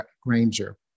Granger